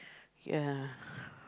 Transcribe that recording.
ya